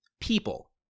People